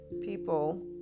people